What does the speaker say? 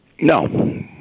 no